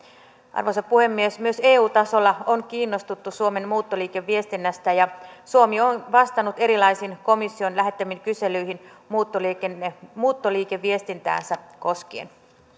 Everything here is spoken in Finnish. arvoisa puhemies myös eu tasolla on kiinnostuttu suomen muuttoliikeviestinnästä ja suomi on vastannut erilaisiin komission lähettämiin kyselyihin muuttoliikeviestintäänsä koskien